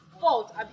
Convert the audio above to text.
fault